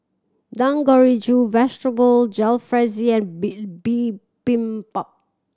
Dangojiru Vegetable Jalfrezi and Bill Bibimbap